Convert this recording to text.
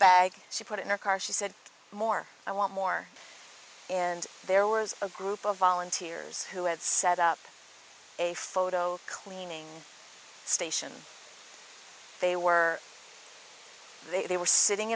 bag she put it in her car she said more i want more and there was a group of volunteers who had set up a photo cleaning station they were they were sitting